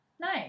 Nice